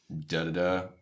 da-da-da